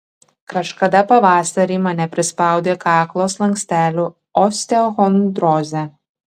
kažkada pavasarį mane prispaudė kaklo slankstelių osteochondrozė